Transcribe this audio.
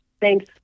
Thanks